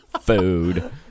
food